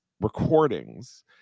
recordings